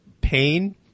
pain